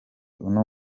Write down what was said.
uno